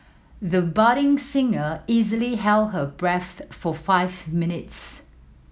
the budding singer easily held her breath for five minutes